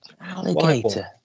alligator